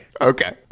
Okay